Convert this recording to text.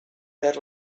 perd